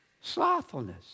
Slothfulness